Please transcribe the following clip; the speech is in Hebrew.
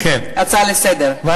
הצעה לסדר-היום.